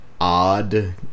odd